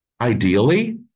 ideally